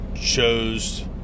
chose